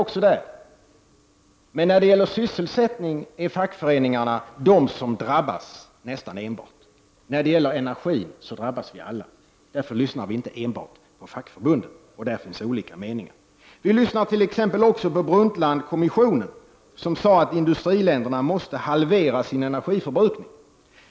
När det gäller sysselsättningen är det nästan enbart fackföreningarnas medlemmar som drabbas, medan vi alla drabbas när det gäller energin. Därför lyssnar vi inte enbart till fackförbunden, där det finns olika meningar. Vi lyssnar också t.ex. på Brundtlandkommissionen, som sagt att industriländerna måste halvera sin energiförbrukning.